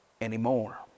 anymore